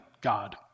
God